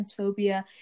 transphobia